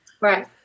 Right